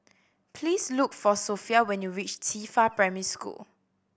please look for Sophia when you reach Qifa Primary School